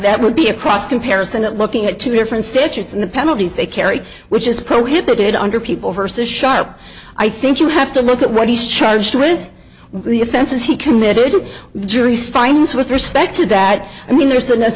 that would be across comparison at looking at two different states in the penalties they carry which is prohibited under people vs sharp i think you have to look at what he's charged with the offenses he committed the jury's findings with respect to that i mean there's